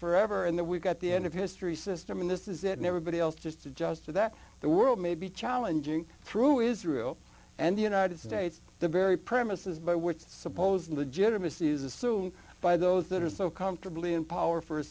forever and that we've got the end of history system and this is it and everybody else just adjust to that the world may be challenging through israel and the united states the very premises by which supposed legitimacy is assumed by those that are so comfortably in power for a